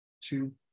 two